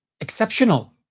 exceptional